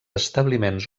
establiments